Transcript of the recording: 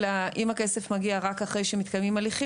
אלא אם הכסף מגיע רק אחרי שמתקיימים הליכים.